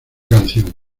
canción